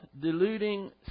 deluding